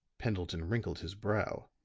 pendleton wrinkled his brow.